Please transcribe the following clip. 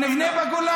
היא לא תבנה כלום,